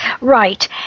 Right